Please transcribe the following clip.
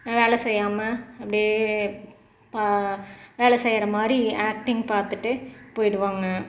வேலை செய்யாமல் அப்படியே வேலை செய்கிற மாதிரி ஆக்ட்டிங் பார்த்துட்டு போய்டுவாங்க